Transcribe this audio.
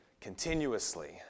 continuously